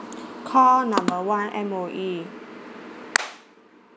call number one M_O_E